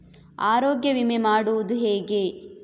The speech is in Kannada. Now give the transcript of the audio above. ಆರೋಗ್ಯ ವಿಮೆ ಮಾಡುವುದು ಹೇಗೆ?